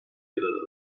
yer